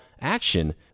action